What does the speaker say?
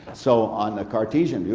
so on the cartesian.